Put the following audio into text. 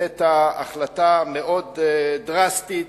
הבאת החלטה מאוד דרסטית,